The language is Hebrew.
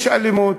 יש אלימות,